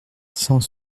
cent